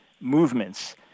movements